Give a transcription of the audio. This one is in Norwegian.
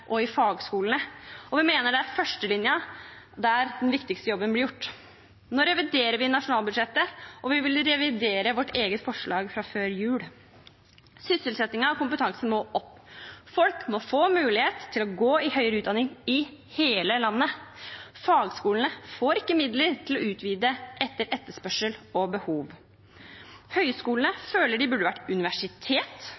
og fagskolene, og vi mener det er i førstelinjen den viktigste jobben blir gjort. Nå reviderer vi nasjonalbudsjettet, og vi vil revidere vårt eget forslag fra før jul. Sysselsettingen og kompetansen må opp. Folk må få mulighet til å ta høyere utdanning i hele landet. Fagskolene får ikke midler til å utvide etter etterspørsel og behov.